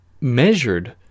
measured